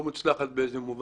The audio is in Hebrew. זה לא מוציא אותו מדעתו.